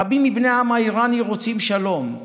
רבים מבני העם האיראני רוצים שלום,